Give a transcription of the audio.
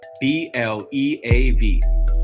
B-L-E-A-V